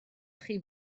chi